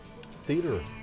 theater